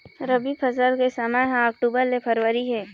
रबी फसल के समय ह अक्टूबर ले फरवरी हे